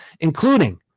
including